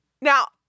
Now